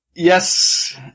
Yes